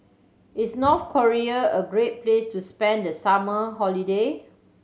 is North Korea a great place to spend the summer holiday